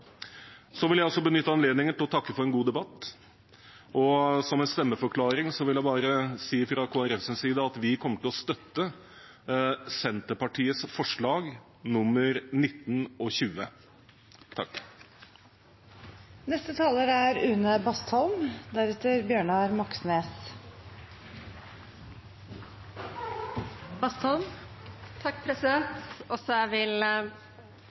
Så vil jeg også benytte anledningen til å takke for en god debatt. Som en stemmeforklaring vil jeg fra Kristelig Folkepartis side si at vi kommer til å støtte Senterpartiets forslag nr. 19 og 20. Også jeg vil takke Stortinget for debatten vi har hatt. Vi har startet sesjonens arbeid godt, og